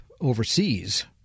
overseas